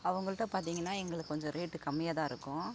அவங்கள்ட்ட பார்த்தீங்கன்னா எங்களுக்கு கொஞ்சம் ரேட்டு கம்மியாக தான் இருக்கும்